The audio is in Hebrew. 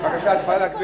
תוך כדי משחק,